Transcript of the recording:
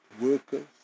workers